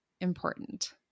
important